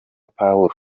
pawulo